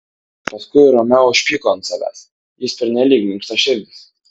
paskui romeo užpyko ant savęs jis pernelyg minkštaširdis